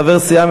חבר סיעה,